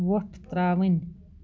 وۄٹھ ترٛاوٕنۍ